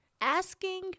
asking